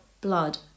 blood